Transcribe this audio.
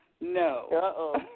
No